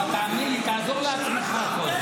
תאמין לי, תעזור לעצמך קודם.